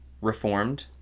reformed